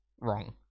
wrong